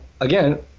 again